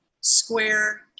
square